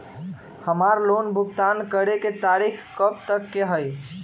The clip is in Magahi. हमार लोन भुगतान करे के तारीख कब तक के हई?